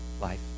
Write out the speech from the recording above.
life